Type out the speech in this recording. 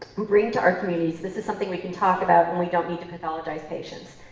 bring to our communities. this is something we can talk about and we don't need to pathologize patients.